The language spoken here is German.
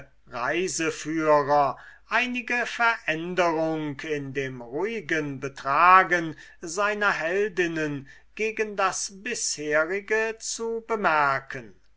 reiseführer einige veränderung in dem ruhigen betragen seiner heldinnen gegen das bisherige zu bemerken